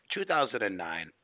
2009